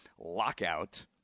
lockout